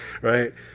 right